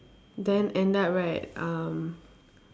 then end up right um